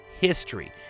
history